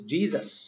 Jesus